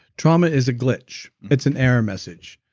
trauma is a glitch, it's an error message.